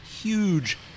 huge